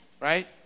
Right